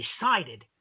decided